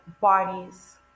bodies